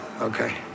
okay